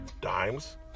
dimes